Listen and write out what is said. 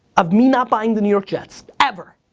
of me not buying the new york jets. ever.